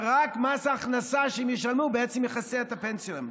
ורק מס ההכנסה שהם ישלמו בעצם יכסה את הפנסיה שלהם.